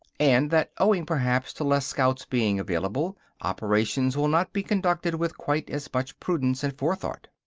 and that, owing perhaps to less scouts being available, operations will not be conducted with quite as much prudence and forethought.